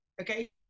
okay